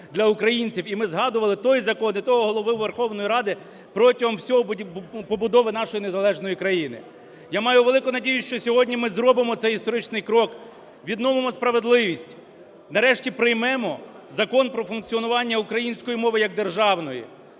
для українців. І ми згадували той закон і того Голову Верховної Ради протягом всієї побудови нашої незалежної країни. Я маю велику надію, що сьогодні ми зробимо цей історичний крок, відновимо справедливість, нарешті приймемо Закон про функціонування української мови як державної.